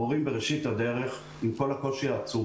המורים בראשית הדרך, עם כל הקושי העצום